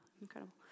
Incredible